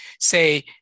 say